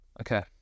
Okay